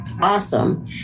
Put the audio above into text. awesome